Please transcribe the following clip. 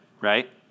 right